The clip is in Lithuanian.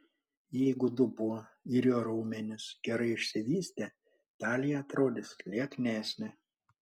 jeigu dubuo ir jo raumenys gerai išsivystę talija atrodys lieknesnė